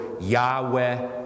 Yahweh